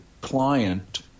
client